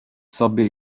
sobie